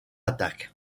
attaque